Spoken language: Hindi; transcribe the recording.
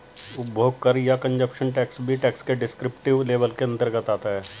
उपभोग कर या कंजप्शन टैक्स भी टैक्स के डिस्क्रिप्टिव लेबल के अंतर्गत आता है